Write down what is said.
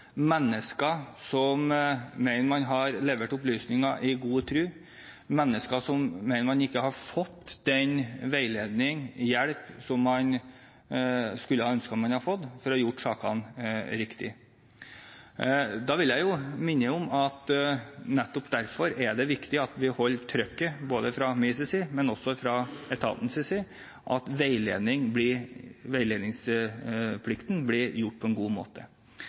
mennesker som mener man har levert opplysninger i god tro, mennesker som mener man ikke har fått den veiledning og hjelp som man skulle ønske man hadde fått for å gjøre ting riktig. Da vil jeg minne om at nettopp derfor er det viktig at vi både fra min side, og også fra etatens side, holder trykket på at veiledningsplikten blir gjort på en god måte.